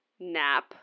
nap